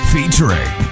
Featuring